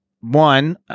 one